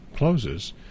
closes